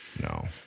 No